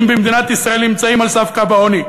במדינת ישראל נמצאים על סף קו העוני,